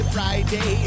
Friday